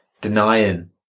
denying